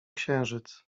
księżyc